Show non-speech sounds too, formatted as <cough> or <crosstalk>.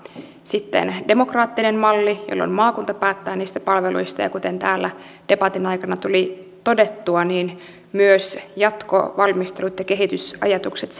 sitten demokraattinen malli jolloin maakunta päättää niistä palveluista ja kuten täällä debatin aikana tuli todettua myös jatkovalmistelut ja kehitysajatukset <unintelligible>